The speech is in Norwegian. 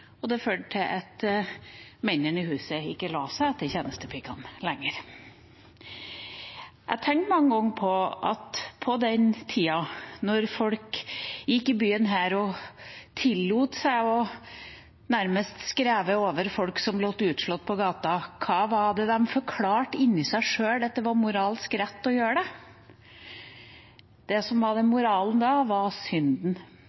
og de førte til at mennene i huset ikke la seg etter tjenestepikene lenger. Jeg tenker mange ganger på den tida da folk gikk i byen her og tillot seg å nærmest skreve over folk som lå utslått på gata. Hvordan forklarte de inni seg sjøl at det var moralsk rett å gjøre det? Det som var moralen da, var synden.